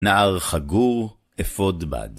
נער חגור אפוד בד.